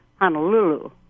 honolulu